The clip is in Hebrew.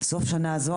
סוף שנה הזו,